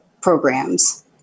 programs